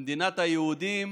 במדינת היהודים